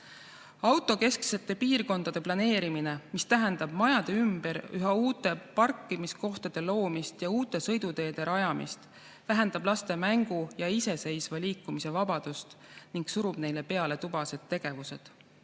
Autokesksete piirkondade planeerimine, mis tähendab majade ümber üha uute parkimiskohtade loomist ja uute sõiduteede rajamist, vähendab laste mängu- ja iseseisva liikumise vabadust ning surub neile peale tubased tegevused.